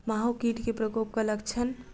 माहो कीट केँ प्रकोपक लक्षण?